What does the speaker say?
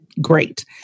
great